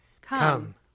Come